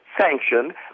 sanctioned